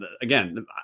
again